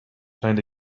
trying